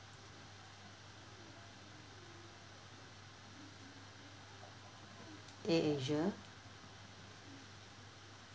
air asia